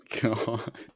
god